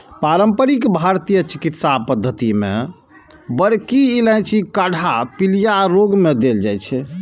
पारंपरिक भारतीय चिकित्सा पद्धति मे बड़की इलायचीक काढ़ा पीलिया रोग मे देल जाइ छै